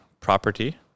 property